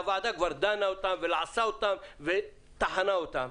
והוועדה כבר דנה עליהן ולעסה אותן וטחנה אותן.